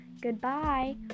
Goodbye